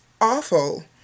awful